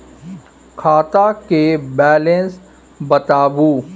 खाता के बैलेंस बताबू?